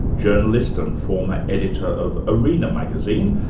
journalist and former editor of arena magazine,